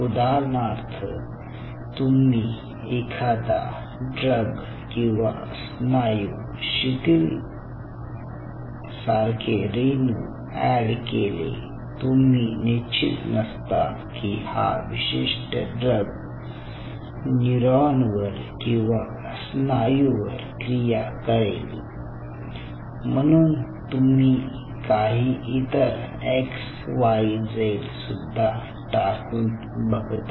उदाहरणार्थ तुम्ही एखादा ड्रग किंवा स्नायू शिथिल सारखे रेणू ऍड केले तुम्ही निश्चित नसता की हा विशिष्ट ड्रग न्यूरॉन वर किंवा स्नायूवर क्रिया करेल म्हणून तुम्ही काही इतर एक्स वाय झेड सुद्धा टाकून बघता